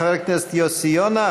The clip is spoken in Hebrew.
חבר הכנסת יוסי יונה,